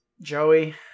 Joey